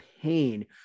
pain